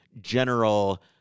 general